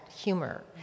humor